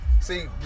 See